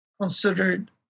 considered